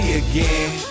again